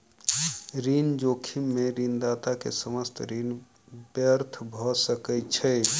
ऋण जोखिम में ऋणदाता के समस्त ऋण व्यर्थ भ सकै छै